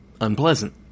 unpleasant